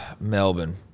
Melbourne